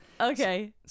Okay